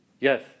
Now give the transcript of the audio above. Yes